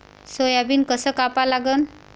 Soybean कस कापा लागन?